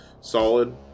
solid